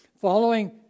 following